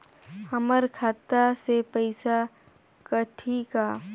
हमर खाता से पइसा कठी का?